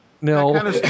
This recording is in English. No